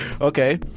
Okay